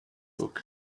book